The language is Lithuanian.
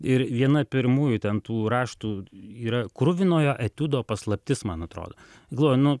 ir viena pirmųjų ten tų raštų yra kruvinojo etiudo paslaptis man atrodo galvoju nu